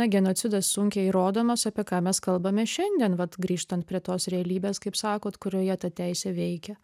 na genocidas sunkiai įrodomas apie ką mes kalbame šiandien vat grįžtant prie tos realybės kaip sakot kurioje ta teisė veikia